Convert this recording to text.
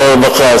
שר הרווחה,